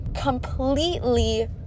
completely